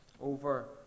over